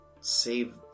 save